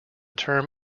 term